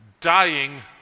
dying